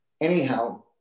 Anyhow